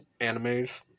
animes